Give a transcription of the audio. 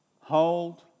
hold